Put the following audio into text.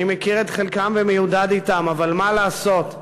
אני מכיר את חלקם ומיודד אתם, אבל מה לעשות,